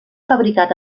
fabricat